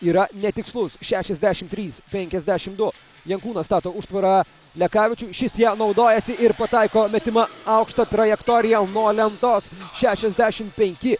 yra netikslus šešiasdešimt trys penkiasdešimt du jankūnas stato užtvarą lekavičių šis ja naudojasi ir pataiko metimą aukšta trajektorija nuo lentos šešiasdešimt penki